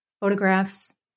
photographs